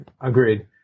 agreed